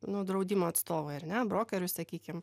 nu draudimo atstovui ar ne brokeriui sakykim